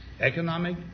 economic